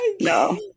No